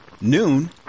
noon